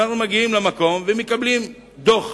אנחנו מגיעים למקום ורואים שקיבלנו דוח.